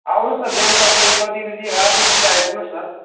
आउनुहोस् न बिहान तपाईँ कति बजी आठ बजीतिर आइपुग्नुहोस न